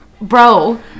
bro